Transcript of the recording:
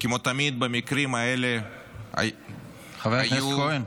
כמו תמיד במקרים האלה -- חבר הכנסת כהן.